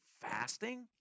fasting